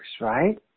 right